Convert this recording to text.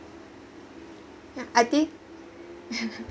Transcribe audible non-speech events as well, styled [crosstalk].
yeah I did [laughs]